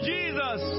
Jesus